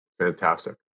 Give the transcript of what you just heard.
Fantastic